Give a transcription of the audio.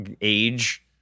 age